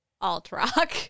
alt-rock